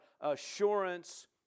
assurance